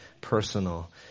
personal